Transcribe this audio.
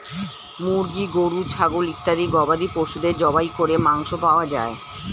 মুরগি, গরু, ছাগল ইত্যাদি গবাদি পশুদের জবাই করে মাংস পাওয়া যায়